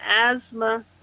asthma